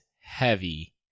heavy